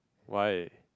why